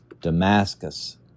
Damascus